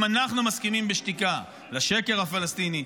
אם אנחנו מסכימים בשתיקה לשקר הפלסטיני,